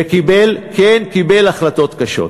וקיבל, כן, קיבל החלטות קשות.